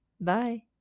Bye